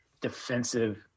defensive